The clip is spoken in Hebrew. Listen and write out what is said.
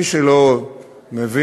מי שלא מבין,